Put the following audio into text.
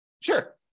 Sure